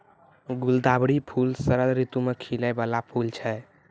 गुलदावरी फूल शरद ऋतु मे खिलै बाला फूल छै